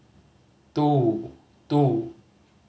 two two